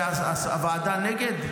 והוועדה נגד?